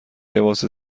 لباس